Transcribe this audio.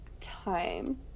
time